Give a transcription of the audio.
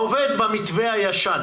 העובד במתווה הישן